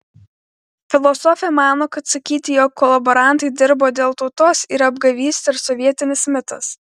filosofė mano kad sakyti jog kolaborantai dirbo dėl tautos yra apgavystė ir sovietinis mitas